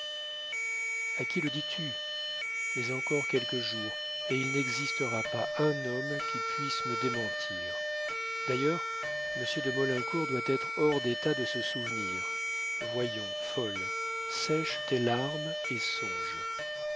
a qui le dis-tu mais encore quelques jours et il n'existera pas un homme qui puisse me démentir d'ailleurs monsieur de maulincour doit être hors d'état de se souvenir voyons folle sèche tes larmes et songe